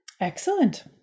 Excellent